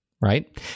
Right